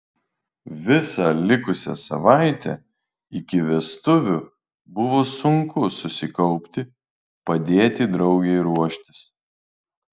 visą likusią savaitę iki vestuvių buvo sunku susikaupti padėti draugei ruoštis